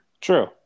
True